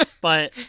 but-